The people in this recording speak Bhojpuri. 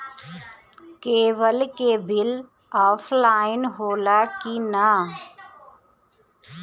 केबल के बिल ऑफलाइन होला कि ना?